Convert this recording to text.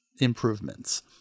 improvements